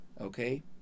okay